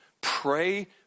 Pray